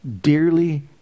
dearly